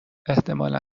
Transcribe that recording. احتمالا